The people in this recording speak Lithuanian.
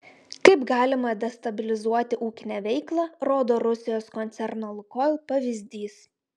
kaip galima destabilizuoti ūkinę veiklą rodo rusijos koncerno lukoil pavyzdys